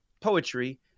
poetry